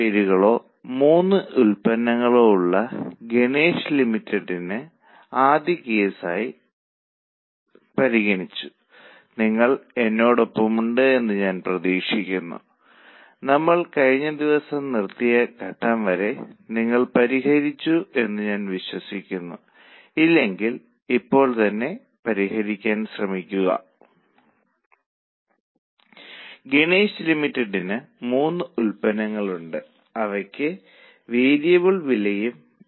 അതിനാൽ BEP എന്നത് ഒരു ഉൽപ്പന്നത്തിന് മാത്രമല്ല ഒരു സെയിൽസ് മിക്സിനായി കമ്പ്യൂട്ടിംഗ് ചെയ്യുകയും വെയ്റ്റഡ് ശരാശരി PV അനുപാതം എന്നിവ ഉപയോഗിച്ച് ഏത് സെയിൽസ് മിക്സ് കൂടുതൽ അനുയോജ്യമാണെന്ന് അഭിപ്രായപ്പെടുകയും ചെയ്യുന്നു